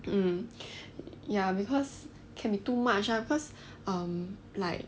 um ya because can be too much lah because um like